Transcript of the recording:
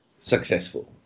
successful